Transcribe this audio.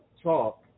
talk